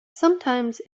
sometimes